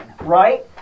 right